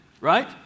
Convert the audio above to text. right